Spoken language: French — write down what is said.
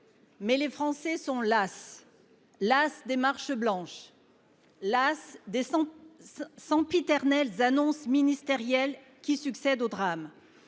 mais les Français sont las : las des marches blanches ; las des sempiternelles annonces ministérielles qui succèdent aux drames.